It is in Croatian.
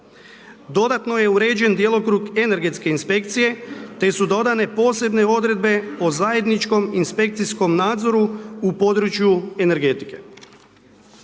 Dodatno je uređen djelokrug energetske inspekcije, te su dodane posebne odredbe o zajedničkom inspekcijskom nadzoru u području energetike.